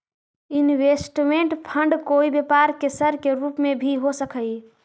investment fund कोई व्यापार के सर के रूप में भी हो सकऽ हई